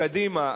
לקדימה,